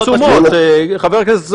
בואו נראה אם התשומות חבר הכנסת סער,